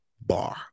bar